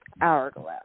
hourglass